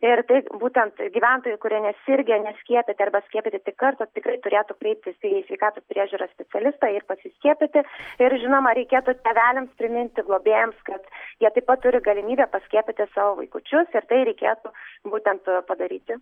ir taip būtent gyventojai kurie nesirgę neskiepyti arba skiepyti tik kartą tikrai turėtų kreiptis į sveikatos priežiūros specialistą ir pasiskiepyti ir žinoma reikėtų tėveliams priminti globėjams kad jie taip pat turi galimybę paskiepyti savo vaikučius ir tai reikėtų būtent padaryti